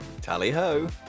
Tally-ho